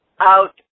Out